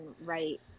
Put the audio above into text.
write